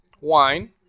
wine